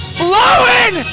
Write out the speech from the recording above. flowing